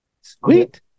Sweet